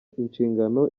inshingano